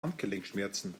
handgelenkschmerzen